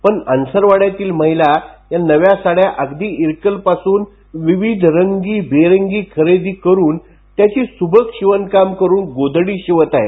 पण अनसरवाड्यातील महिला या नव्या साड्या अगदी इरकलपासून विविध रंग बेरंगी खरेदी करुन त्याची सुबक शिवणकाम करुन गोधडी शिवत आहेत